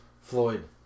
Floyd